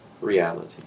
reality